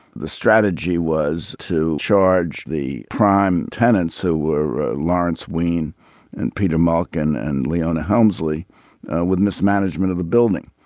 the strategy was to charge the prime tenants who were lawrence wynn and peter malkin and leona helmsley with mismanagement of the building.